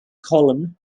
column